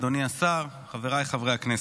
אדוני השר, חבריי חברי הכנסת,